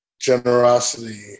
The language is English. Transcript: generosity